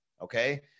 Okay